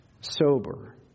sober